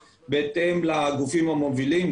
בהתאם לגופים המובילים,